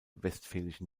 westfälischen